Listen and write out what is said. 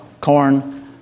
corn